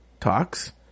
talks